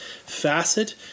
facet